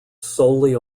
solely